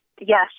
yes